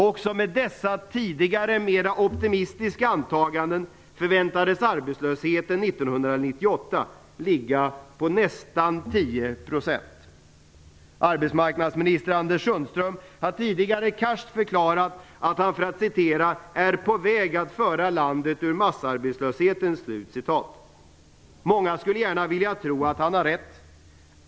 Också med dessa tidigare mera optimistiska antaganden förväntades arbetslösheten 1998 ligga på nästan 10 %. Arbetsmarknadsminister Anders Sundström har tidigare karskt förklarat att han "är på väg att föra landet ur massarbetslösheten". Många skulle gärna vilja tro att han har rätt.